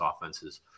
offenses